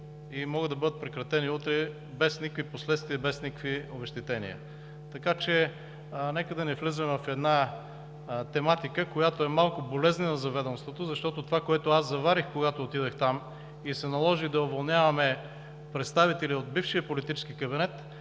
и могат да бъдат прекратени утре без никакви последствия, без никакви обезщетения. Така че нека не влизаме в една тематика, която е малко болезнена за ведомството, защото това, което аз заварих, когато отидох там, и се наложи да уволняваме представители от бившия политически кабинет